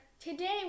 Today